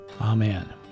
Amen